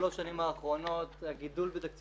בשלוש השנים האחרונות הגידול בתקציב